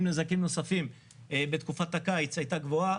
נזקים נוספים בתקופת הקיץ הייתה גבוהה.